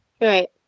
Right